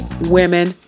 Women